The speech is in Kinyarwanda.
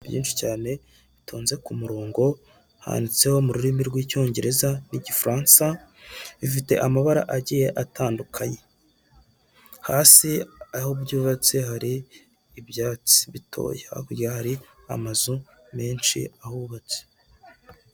Byinshi cyane bitonze ku murongo, handitseho mu rurimi rw'icyongereza n'igifaransa, bifite amabara agiye atandukanye. Hasi aho byubatse hari ibyatsi bitoya, hakurya hari amazu menshi ahubatse.